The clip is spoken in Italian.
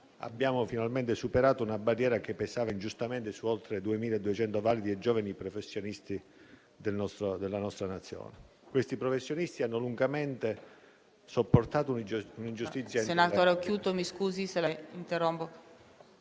abbiamo finalmente superato una barriera che pesava ingiustamente su oltre 2.200 validi e giovani professionisti della nostra Nazione. Questi professionisti hanno lungamente sopportato un'ingiustizia.